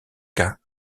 cas